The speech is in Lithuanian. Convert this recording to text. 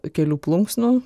kelių plunksnų